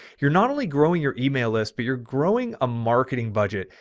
you're not only growing your email list, but you're growing a marketing budget.